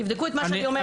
תבדקו את מה שאני אומרת.